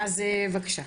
אז בבקשה.